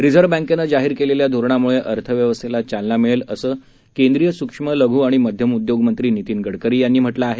reserve बँकेनं जाहीर केलेल्या धोरणामुळे अर्थव्यवस्थेला चालना मिळेल असं केंद्रीय सुक्ष्म लघ् आणि मध्यम उद्योगमंत्री नितीन गडकरी यांनी म्हटलं आहे